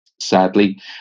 sadly